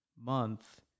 month